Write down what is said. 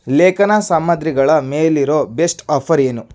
ಲೇಖನ ಸಾಮಾಗ್ರಿಗಳ ಮೇಲಿರೋ ಬೆಸ್ಟ್ ಆಫರ್ ಏನು